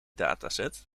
dataset